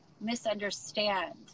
misunderstand